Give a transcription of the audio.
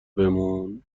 بمون